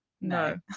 No